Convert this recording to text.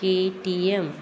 KTM